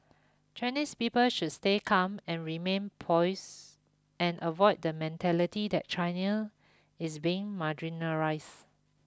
Chinese people should stay calm and remain poised and avoid the mentality that is being marginalised